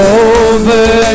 over